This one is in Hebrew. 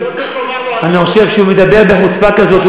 אני חושב שהוא מדבר בחוצפה כזאת,